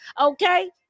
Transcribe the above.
Okay